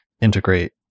integrate